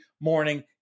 morning